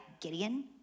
Gideon